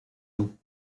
loups